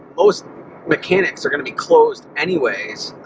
most mechanics are gonna be closed anyways,